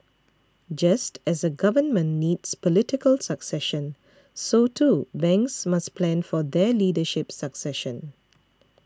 just as a Government needs political succession so too banks must plan for their leadership succession